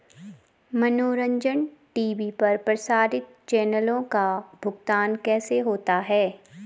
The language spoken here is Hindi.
मनोरंजन टी.वी पर प्रसारित चैनलों का भुगतान कैसे होता है?